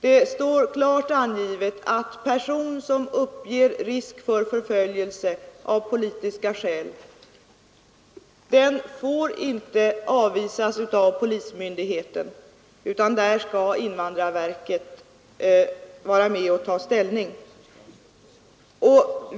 Det står klart angivet att personer som uppger att de riskerar förföljelse av politiska skäl inte får avvisas av polismyndigheten, utan då skall invandrarverket vara med och ta ställning.